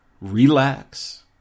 relax